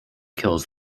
kills